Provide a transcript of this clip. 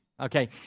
Okay